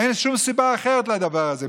אין שום סיבה אחרת לדבר הזה.